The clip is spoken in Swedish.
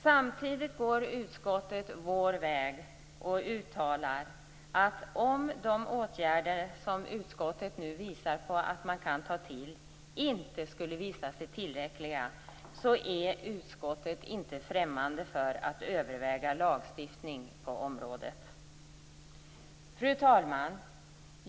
Samtidigt går utskottet vår väg och uttalar att om de åtgärder som utskottet visar att man kan ta till inte skulle visa sig tillräckliga, är utskottet inte främmande för att överväga lagstiftning på området. Fru talman!